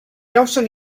gawson